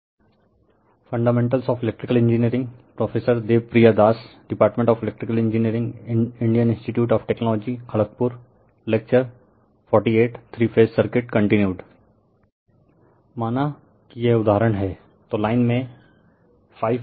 Fundamentals of Electrical Engineering fundamentals of electrical engineering Prof Debapriya Das prof Debapriya Das Department of Electrical Engineering department of electrical engineering Indian institute of Technology Kharagpur Indian institute of technology Kharagpur Lecture - 48 lecture 48 3Phase Circuits Contd three phase circuit continued refer slide time 0015 माना कि यह उदहारण है